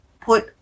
put